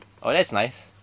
oh that's nice